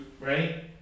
right